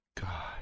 God